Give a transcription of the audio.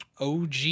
OG